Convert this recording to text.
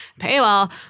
paywall